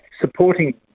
supporting